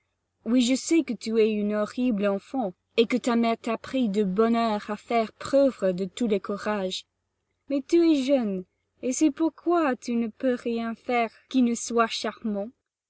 oui je sais que tu es une horrible enfant et que ta mère t'apprit de bonne heure à faire preuve de tous les courages mais tu es jeune et c'est pourquoi tu ne peux rien faire qui ne soit charmant